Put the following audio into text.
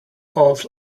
oath